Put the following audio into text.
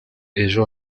ejo